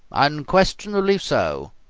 unquestionably so,